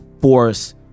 force